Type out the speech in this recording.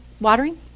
watering